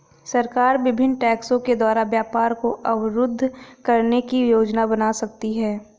सरकार विभिन्न टैक्सों के द्वारा व्यापार को अवरुद्ध करने की योजना बना सकती है